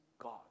God